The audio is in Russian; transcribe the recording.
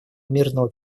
мирного